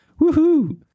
Woohoo